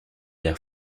l’air